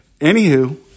Anywho